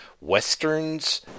westerns